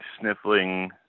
sniffling